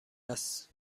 است